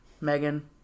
Megan